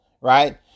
right